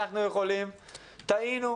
שנעשתה טעות,